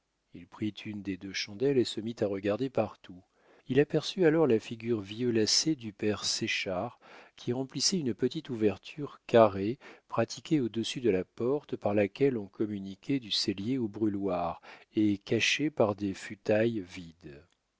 il prit une des deux chandelles et se mit à regarder partout il aperçut alors la figure violacée du père séchard qui remplissait une petite ouverture carrée pratiquée au-dessus de la porte par laquelle on communiquait du cellier au brûloir et cachée par des futailles vides